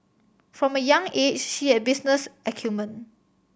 from a young age she had business acumen